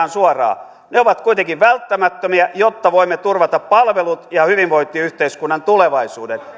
on tehtävä ne ovat kuitenkin välttämättömiä jotta voimme turvata palvelut ja hyvinvointiyhteiskunnan tulevaisuuden